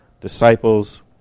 disciples